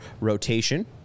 rotation